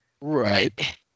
right